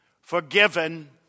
forgiven